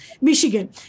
Michigan